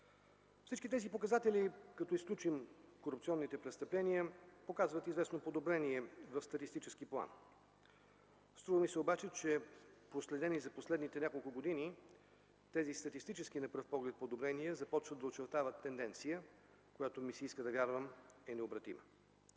Всички тези показатели, като изключим корупционните престъпления, показват известно подобрение в статистически план. Струва ми се обаче, че проследени за последните няколко години, тези статистически на пръв поглед подобрения започват да очертават тенденция, която ми се иска да вярвам е необратима.